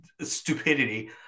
stupidity